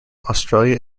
australia